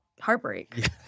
heartbreak